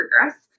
progress